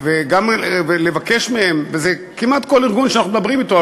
זה כמעט כל ארגון שאנחנו מדברים אתו.